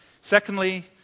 Secondly